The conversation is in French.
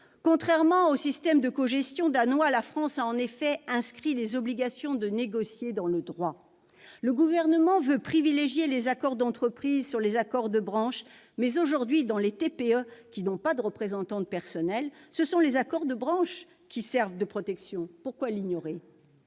Contrairement au système de cogestion danois, la France a en effet inscrit les obligations de négocier dans le droit. Le Gouvernement veut privilégier les accords d'entreprise au détriment des accords de branche. Mais aujourd'hui, dans les TPE, où il n'y a pas de représentants du personnel, ce sont les accords de branche qui servent de protection. Pourquoi l'ignorer ?